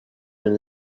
been